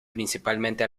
principalmente